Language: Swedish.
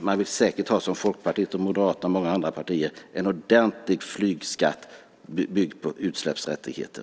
Man vill säkert ha, som Folkpartiet, Moderaterna och många andra partier, en ordentlig flygskatt byggd på utsläppsrättigheter.